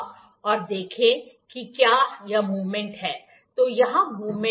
और देखें कि क्या यहां मूवमेंट है तो यहां मूवमेंट कम है